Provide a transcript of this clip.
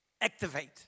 activate